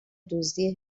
دزدی